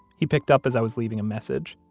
he picked up as i was leaving a message.